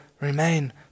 remain